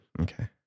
okay